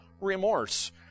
remorse